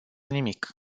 nimic